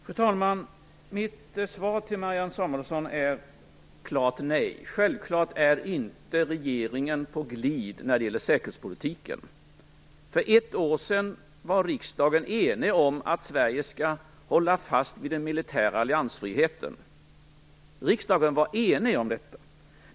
Fru talman! Mitt svar till Marianne Samuelsson är klart nej. Självfallet är regeringen inte på glid när det gäller säkerhetspolitiken. För ett år sedan var riksdagen enig om att Sverige skall hålla fast vid den militära alliansfriheten. Riksdagen var enig om detta.